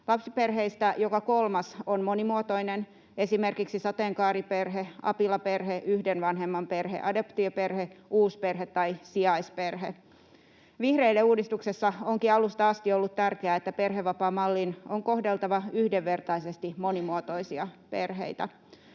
Lapsiperheistä joka kolmas on monimuotoinen, esimerkiksi sateenkaariperhe, apilaperhe, yhden vanhemman perhe, adoptioperhe, uusperhe tai sijaisperhe. Vihreille uudistuksessa onkin alusta asti ollut tärkeää, että perhevapaamallin on kohdeltava yhdenvertaisesti monimuotoisia perheitä.